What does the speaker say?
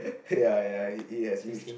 ppl ya ya he has reached